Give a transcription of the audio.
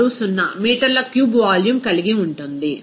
260 మీటర్ల cube volume కలిగి ఉంటుంది